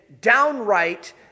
downright